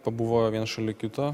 pabuvojo viens šalia kito